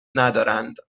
ندارند